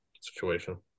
situation